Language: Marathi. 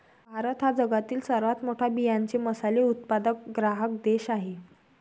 भारत हा जगातील सर्वात मोठा बियांचे मसाले उत्पादक ग्राहक देश आहे